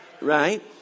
Right